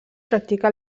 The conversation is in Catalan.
practica